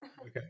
Okay